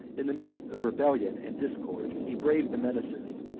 in the midst of rebellion and discord, he braved the menaces,